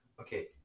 Okay